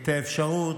את האפשרות,